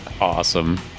Awesome